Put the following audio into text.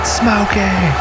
smoking